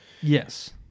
Yes